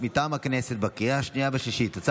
19 בעד, שישה מתנגדים.